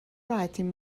راحتین